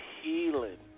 healing